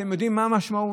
אתם יודעים מה המשמעות?